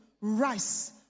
Rice